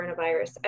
coronavirus